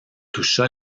toucha